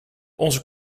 onze